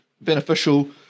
beneficial